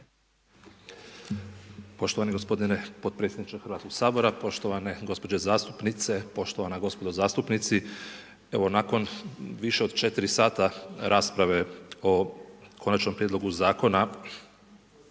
Poštovani gospodine potpredsjedniče Hrvatskog sabora. Poštovane gospođe zastupnice, poštovana gospodo zastupnici. Evo, nakon više od 4 h rasprave o Konačnom prijedlogu Zakona